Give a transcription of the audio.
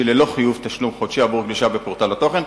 ללא חיוב בתשלום חודשי בעבור גלישה בפורטל התוכן,